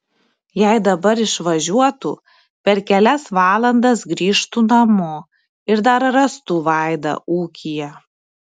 jei dabar išvažiuotų per kelias valandas grįžtų namo ir dar rastų vaidą ūkyje